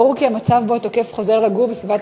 ברור כי המצב שבו התוקף חוזר לגור בסביבת